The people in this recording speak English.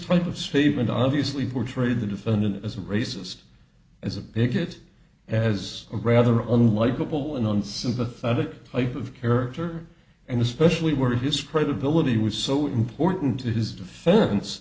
type of statement obviously portrayed the defendant as a racist as a bigot as a rather on likable and on sympathetic type of character and especially where his credibility was so important to his defense